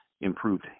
improved